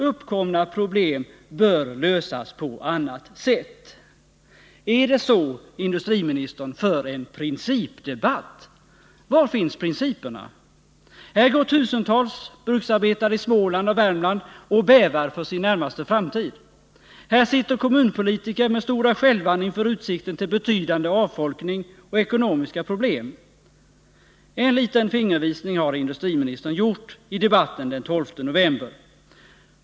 Uppkomna problem bör lösas på annat sätt.” Är det så industriministern för en principdebatt? Var finns principerna? Här går tusentals bruksarbetare i Småland och Värmland och bävar för sin närmaste framtid. Här sitter kommunpolitiker med stora skälvan inför utsikten till betydande avfolkning och ekonomiska problem. En liten fingervisning har industriministern kommit med i debatten den 12 november.